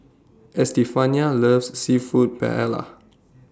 Estefania loves Seafood Paella